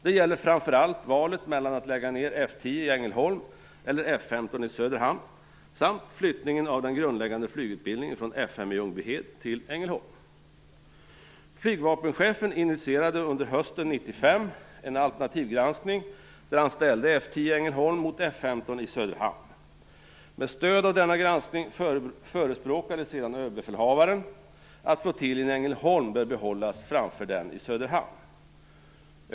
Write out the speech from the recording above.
Det gäller framför allt valet mellan att lägga ned F 10 i Flygvapenchefen initierade under hösten 1995 en alternativgranskning där han ställde F 10 i Ängelholm mot F 15 i Söderhamn. Med stöd av denna granskning förespråkade sedan överbefälhavaren att flottiljen i Ängelholm bör behållas framför den i Söderhamn.